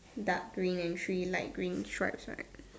dark green and three light green stripes right